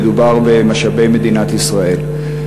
שמדובר במשאבי מדינת ישראל,